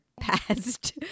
past